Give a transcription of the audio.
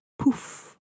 poof